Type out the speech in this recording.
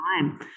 time